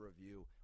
review